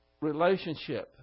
relationship